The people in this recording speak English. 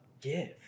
give